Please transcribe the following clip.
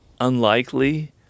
unlikely